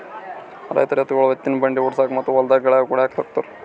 ರೈತರ್ ಎತ್ತ್ಗೊಳು ಎತ್ತಿನ್ ಬಂಡಿ ಓಡ್ಸುಕಾ ಮತ್ತ್ ಹೊಲ್ದಾಗ್ ಗಳ್ಯಾ ಹೊಡ್ಲಿಕ್ ಸಾಕೋತಾರ್